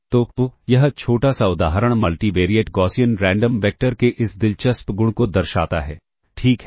तो यह छोटा सा उदाहरण मल्टीवेरिएट गॉसियन रैंडम वेक्टर के इस दिलचस्प गुण को दर्शाता है ठीक है